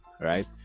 right